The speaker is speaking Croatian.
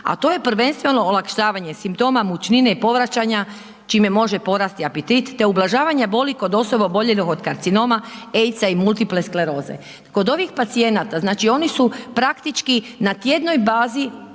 a to je prvenstveno olakšavanje simptoma mučnine i povraćanja, čime može porasti apetit, te ublažavanja boli kod osoba oboljelih od karcinoma, AIDS-a i multiple skleroze. Kod ovih pacijenata, znači, oni su praktički na tjednoj bazi